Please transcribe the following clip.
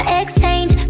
exchange